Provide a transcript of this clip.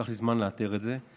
לקח לי זמן לאתר את זה.